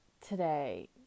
today